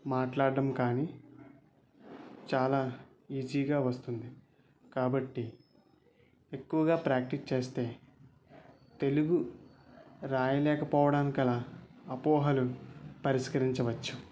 మాట్లాడటం కానీ చాలా ఈజీగా వస్తుంది కాబట్టి ఎక్కువగా ప్రాక్టీస్ చేస్తే తెలుగు రాయలేకపోవడం గల అపోహలు పరిష్కరించవచ్చు